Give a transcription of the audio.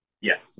Yes